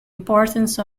importance